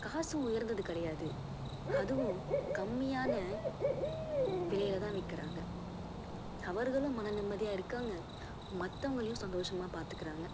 காசு உயர்ந்தது கிடையாது அதுவும் கம்மியான விலையில் தான் விற்கறாங்க அவர்களும் மனநிம்மதியாக இருக்கிறாங்க மற்றவங்களையும் சந்தோஷமாக பார்த்துக்குறாங்க